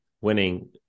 winning